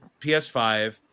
PS5